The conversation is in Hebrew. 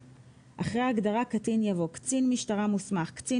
(ד) אחרי ההגדרה "קטין" יבוא: ""קצין משטרה מוסמך" קצין